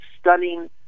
stunning